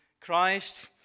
Christ